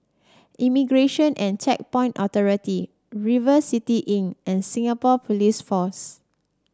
Immigration and Checkpoint Authority River City Inn and Singapore Police Force